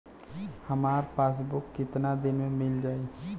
हमार पासबुक कितना दिन में मील जाई?